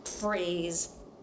phrase